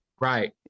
Right